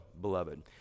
beloved